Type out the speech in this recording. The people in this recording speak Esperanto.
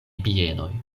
bienoj